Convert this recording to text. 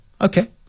Okay